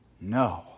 No